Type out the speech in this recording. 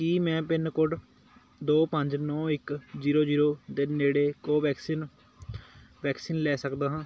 ਕੀ ਮੈਂ pin code ਦੋ ਪੰਜ ਨੌਂ ਇੱਕ ਜ਼ੀਰੋ ਜ਼ੀਰੋ ਦੇ ਨੇੜੇ ਕੋਵੈਕਸਿਨ ਵੈਕਸੀਨ ਲੈ ਸਕਦਾ ਹਾਂ